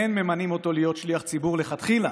אין ממנים אותו להיות שליח ציבור לכתחילה"